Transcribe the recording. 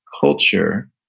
culture